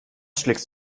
schlägst